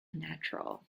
natural